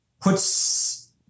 puts